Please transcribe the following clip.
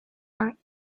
are